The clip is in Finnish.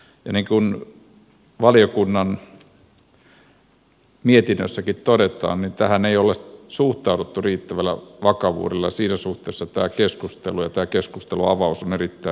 ja niin kuin valiokunnan mietinnössäkin todetaan tähän ei ole suhtauduttu riittävällä vakavuudella ja siinä suhteessa tämä keskustelu ja tämä keskustelunavaus on erittäin tärkeä